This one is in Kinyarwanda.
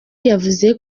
yavuze